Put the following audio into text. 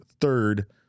third